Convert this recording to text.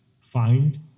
find